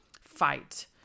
fight